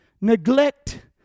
neglect